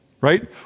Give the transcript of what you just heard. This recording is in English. right